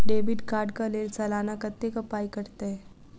Debit card कऽ लेल सलाना कत्तेक पाई कटतै?